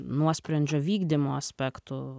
nuosprendžio vykdymo aspektų